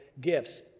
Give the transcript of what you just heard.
gifts